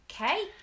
Okay